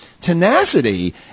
tenacity